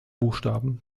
buchstaben